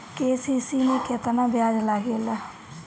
KCC में केतना ब्याज लगेला?